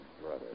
brother